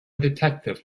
detective